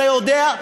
אתה יודע,